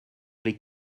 les